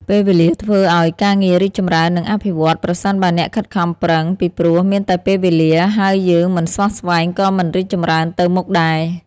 ពេលវេលាធ្វើអោយការងាររីកចំរើន និងអភិវឌ្ឍន៍ ប្រសិនបើអ្នកខិតខំប្រឹង ពីព្រោះមានតែពេលវេលាហើយយើងមិនស្វះស្វែងក៏មិនរីកចម្រើនទៅមុខដែរ។